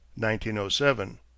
1907